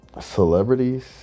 Celebrities